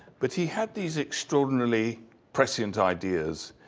but he had these extraordinarily prescient ideas.